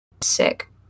sick